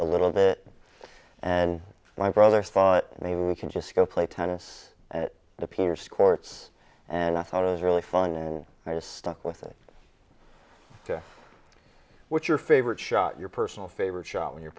a little bit and my brother thought maybe you can just go play tennis and it appears courts and i thought it was really fun and i just stuck with it what's your favorite shot your personal favorite shot when you're